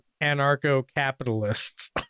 anarcho-capitalists